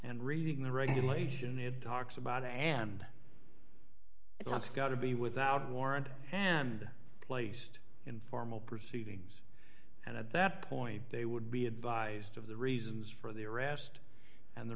and reading the regulation it talks about and it's got to be without warrant and placed in formal proceedings and at that point they would be advised of the reasons for the arrest and the